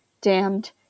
damned